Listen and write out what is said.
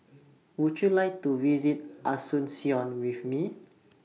Would YOU like to visit Asuncion with Me